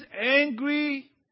angry